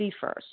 first